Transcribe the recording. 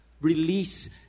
release